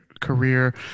career